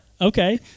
Okay